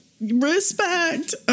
respect